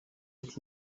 est